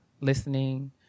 listening